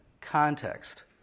context